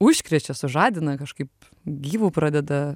užkrečia sužadina kažkaip gyvu pradeda